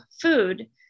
food